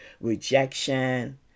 rejection